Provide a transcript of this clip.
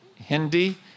Hindi